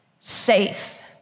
Safe